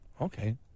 okay